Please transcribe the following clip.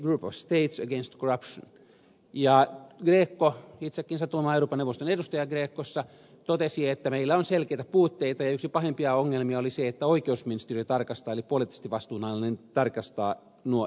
greco itsekin satun olemaan euroopan neuvoston edustaja grecossa totesi että meillä on selkeitä puutteita ja yksi pahimpia ongelmia oli se että oikeusministeriö tarkastaa eli poliittisesti vastuunalainen tarkastaa nuo ilmoitukset